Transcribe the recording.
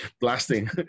blasting